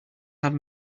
have